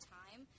time